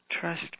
Trust